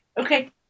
Okay